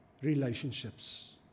relationships